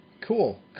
Cool